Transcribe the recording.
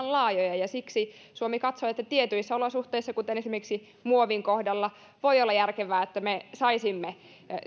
laajoja siksi suomi katsoo että tietyissä olosuhteissa kuten esimerkiksi muovin kohdalla voi olla järkevää että me saisimme